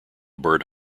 bird